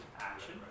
action